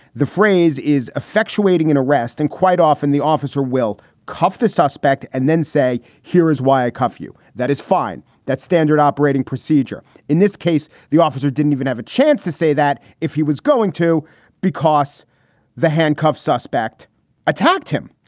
the phrase is effectuating an arrest. and quite often the officer will cuff the suspect and then say, here is why i cuff you. that is fine. that's standard operating procedure in this case. the officer didn't even have a chance to say that if he was going to because the handcuffed suspect attacked him.